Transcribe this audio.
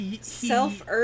self